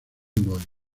boy